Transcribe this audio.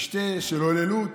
משתה של הוללות,